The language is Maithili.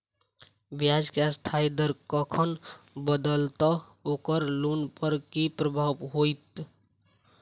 ब्याज केँ अस्थायी दर कखन बदलत ओकर लोन पर की प्रभाव होइत?